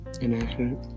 inaccurate